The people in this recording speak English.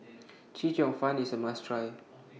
Chee Cheong Fun IS A must Try